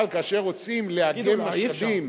אבל כאשר רוצים לאגם משאבים,